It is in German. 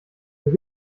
nur